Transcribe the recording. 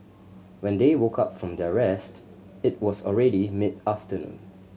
when they woke up from their rest it was already mid afternoon